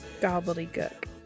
Gobbledygook